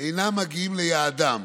אינם מגיעים ליעדם